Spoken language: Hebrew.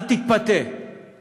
אל תתפתה